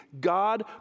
God